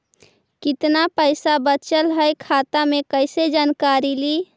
कतना पैसा बचल है खाता मे कैसे जानकारी ली?